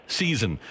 season